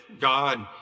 God